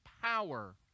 power